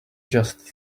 just